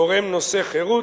גורם נושא-חירות,